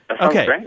Okay